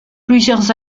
plusieurs